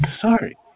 sorry